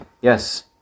yes